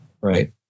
Right